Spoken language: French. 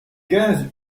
quinze